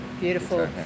beautiful